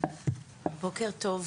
בוקר טוב,